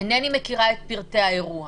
אינני מכירה את פרטי האירוע